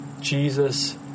Jesus